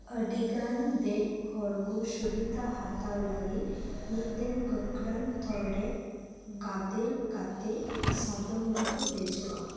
ᱟᱹᱰᱤᱜᱟᱱ ᱫᱮᱡᱚᱜ ᱦᱚᱲ ᱠᱚ ᱥᱩᱵᱤᱫᱷᱟ ᱦᱟᱛᱟᱣ ᱞᱟᱹᱜᱤᱫ ᱢᱤᱫ ᱜᱟᱹᱠᱷᱩᱲᱟᱱ ᱛᱷᱚᱠ ᱨᱮ ᱜᱟᱫᱮᱞ ᱠᱟᱛᱮᱫ ᱥᱟᱫᱚᱢ ᱨᱮᱠᱚ ᱫᱮᱡᱚᱜᱼᱟ